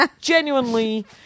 genuinely